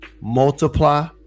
multiply